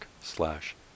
slash